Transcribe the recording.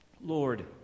Lord